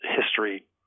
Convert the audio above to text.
history